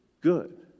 good